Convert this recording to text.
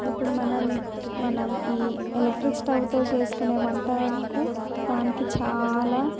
ఇప్పుడు మనం మనం ఈ ఎలక్ట్రిక్ స్టవ్తో చేసుకునే వంటకు దానికి చాలా